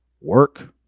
Work